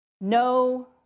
No